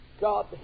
God